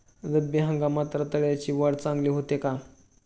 रब्बी हंगामात रताळ्याची वाढ चांगली होते का?